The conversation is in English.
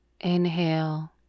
inhale